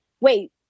Wait